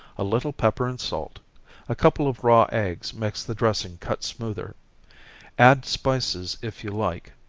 a little pepper and salt a couple of raw eggs makes the dressing cut smoother add spices if you like.